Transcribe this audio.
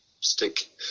stick